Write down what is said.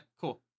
cool